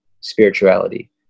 spirituality